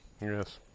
Yes